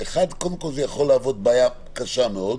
אחד, קודם כול זה יכול להוות בעיה קשה מאוד,